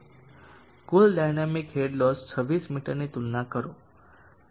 કુલ dynamic head loss 26 મીટરની તુલના કરો 18